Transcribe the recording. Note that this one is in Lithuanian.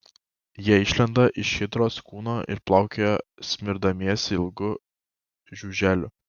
jie išlenda iš hidros kūno ir plaukioja spirdamiesi ilgu žiuželiu